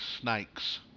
snakes